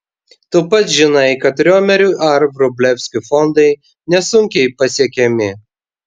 tu pats žinai kad riomerių ar vrublevskių fondai nesunkiai pasiekiami